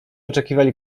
oczekiwali